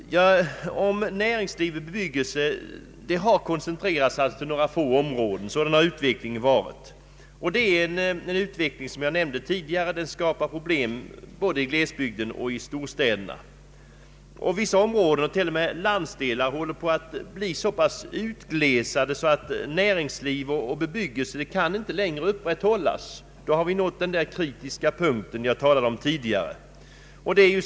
Näringslivet har koncentrerats till några få områden. Sådan har utvecklingen varit, och denna utveckling skapar som jag nämnde tidigare problem både i glesbygden och i storstäderna. Vissa områden och till och med landsdelar håller på att bli så utglesade att näringsliv och bebyggelse inte längre kan upprätthållas. Då har vi nått den kritiska punkt jag talade om tidigare.